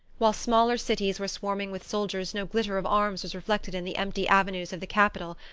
while smaller cities were swarming with soldiers no glitter of arms was reflected in the empty avenues of the capital,